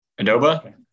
adoba